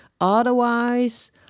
Otherwise